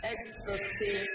Ecstasy